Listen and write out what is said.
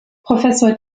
professor